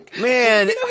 Man